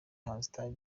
hanze